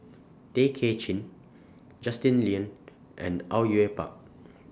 Tay Kay Chin Justin Lean and Au Yue Pak